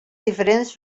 diferents